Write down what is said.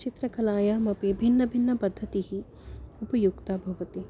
चित्रकलायामपि भिन्नभिन्नपद्धतिः उपयुक्ता भवति